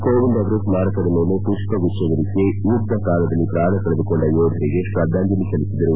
ಕೋವಿಂದ್ ಅವರು ಸ್ನಾರಕದ ಮೇಲೆ ಪುಷ್ಪಗುಚ್ಲವಿರಿಸಿ ಯುದ್ದ ಕಾಲದಲ್ಲಿ ಪ್ರಾಣ ಕಳೆದುಕೊಂಡ ಯೋಧರಿಗೆ ಶ್ರದ್ಗಾಂಜಲಿ ಸಲ್ಲಿಸಿದರು